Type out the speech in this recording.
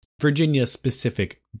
Virginia-specific